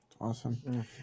Awesome